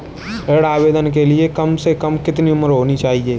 ऋण आवेदन के लिए कम से कम कितनी उम्र होनी चाहिए?